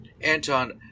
Anton